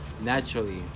naturally